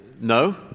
No